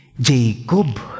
Jacob